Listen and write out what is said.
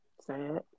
Sad